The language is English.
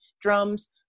drums